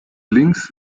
links